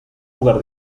jugar